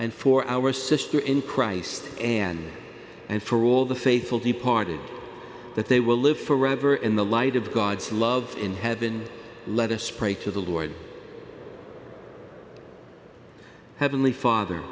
and for our sister in christ and and for all the faithful departed that they will live forever in the light of god's love in heaven let us pray to the lord heavenly father